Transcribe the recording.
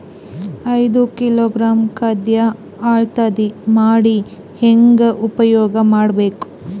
ಐದು ಕಿಲೋಗ್ರಾಂ ಖಾದ್ಯ ಅಳತಿ ಮಾಡಿ ಹೇಂಗ ಉಪಯೋಗ ಮಾಡಬೇಕು?